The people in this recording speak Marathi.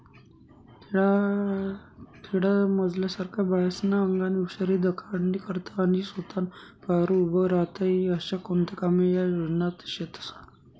खेडामझारल्या बायास्ना आंगनी हुशारी दखाडानी करता आणि सोताना पायावर उभं राहता ई आशा कोणता कामे या योजनामा शेतस